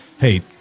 hey